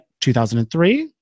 2003